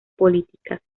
políticas